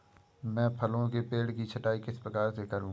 मैं फलों के पेड़ की छटाई किस प्रकार से करूं?